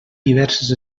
diverses